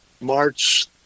march